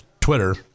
Twitter